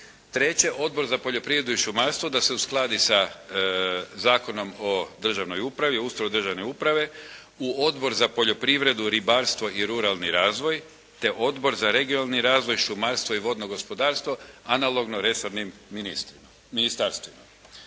Treće. Odbor za poljoprivredu i šumarstvo da se uskladi sa Zakonom o državnoj upravi, o ustroju državne uprave, u Odbor za poljoprivredu, ribarstvo i ruralni razvoj, te Odbor za regionalni razvoj, šumarstvo i vodno gospodarstvo, analogno resornim ministarstvima.